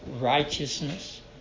Righteousness